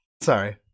sorry